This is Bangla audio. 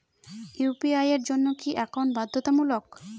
ইউ.পি.আই এর জন্য কি একাউন্ট বাধ্যতামূলক?